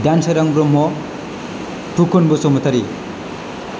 Dansorang Brahma Phukan Basumatary